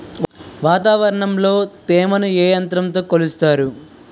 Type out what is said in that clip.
వాతావరణంలో తేమని ఏ యంత్రంతో కొలుస్తారు?